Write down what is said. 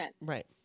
Right